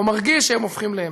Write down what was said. או מרגיש שהם הופכים לאמת.